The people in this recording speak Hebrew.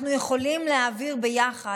אנחנו יכולים להעביר ביחד.